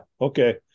Okay